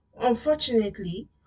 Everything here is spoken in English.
Unfortunately